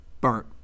burnt